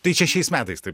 tai čia šiais metais taip